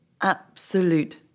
absolute